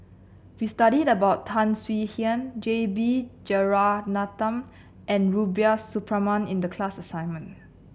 we studied about Tan Swie Hian J B Jeyaretnam and Rubiah Suparman in the class assignment